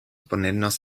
ponernos